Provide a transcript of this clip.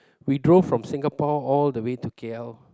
we drove from Singapore all the way to K_L